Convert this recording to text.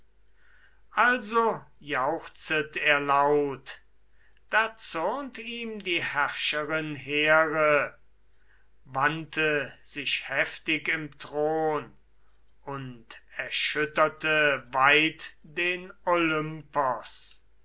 also jauchzet er laut da zürnt ihm die herrscherin here wandte sich heftig im thron und erschütterte weit den